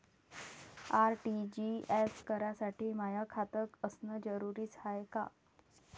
RTGS करासाठी माय खात असनं जरुरीच हाय का?